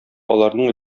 аларның